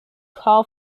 call